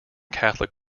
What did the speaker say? catholic